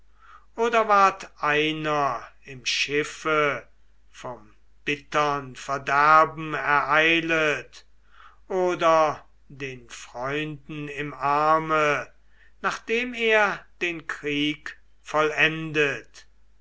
oder ward einer im schiffe vom bittern verderben ereilet oder den freunden im arme nachdem er den krieg vollendet